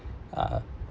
uh